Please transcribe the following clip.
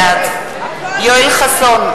בעד יואל חסון,